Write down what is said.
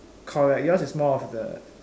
correct yours is more of the